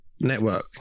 network